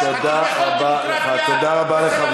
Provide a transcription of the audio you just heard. תודה רבה לך.